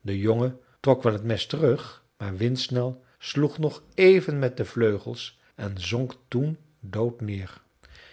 de jongen trok wel het mes terug maar windsnel sloeg nog even met de vleugels en zonk toen dood neer